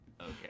okay